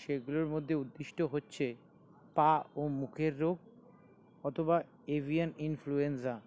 সেইগুলোর মধ্যে উৎকৃষ্ট হচ্ছে পা ও মুখের রোগ অথবা এভিয়ান ইনফ্লুয়েঞ্জা